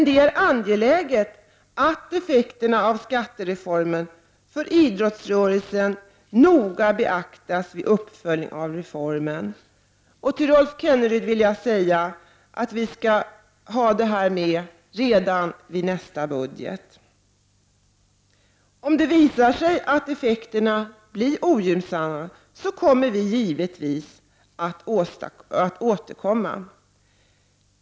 Det är angeläget att effekterna av skattereformen för idrottsrörelsen noga beaktas i uppföljningen av skattereformen. Till Rolf Kenneryd vill jag säga att vi skall ha det här med redan i nästa budget. Om det visar sig att effekterna blir ogynnsamma, får vi givetvis återkomma.